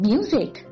Music